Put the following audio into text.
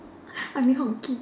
I mean